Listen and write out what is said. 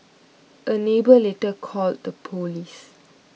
a neighbour later called the police